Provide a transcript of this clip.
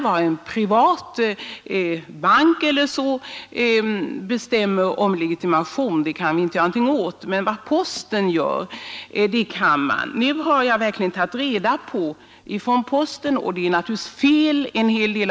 Vad en privat bank bestämmer i fråga om legitimation kan vi inte göra något åt, men det är en annan sak när det gäller postens och övriga statliga verks bestämmelser.